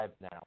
now